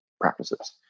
practices